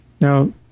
Now